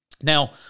Now